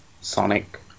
Sonic